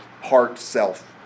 heart-self